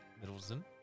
Middleton